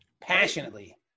passionately